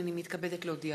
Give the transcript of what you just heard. הנני מתכבדת להודיעכם,